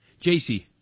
JC